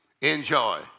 Enjoy